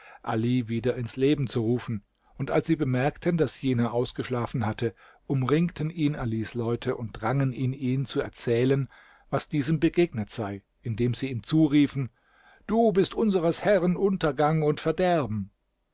ali wieder ins leben zu rufen und als sie bemerkten daß jener ausgeschlafen hatte umringten ihn alis leute und drangen in ihn zu erzählen was diesem begegnet sei indem sie ihm zuriefen du bist unseres herren untergang und verderben